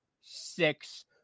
six